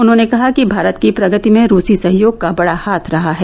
उन्होंने कहा कि भारत की प्रगति में रूसी सहयोग का बड़ा हाथ रहा है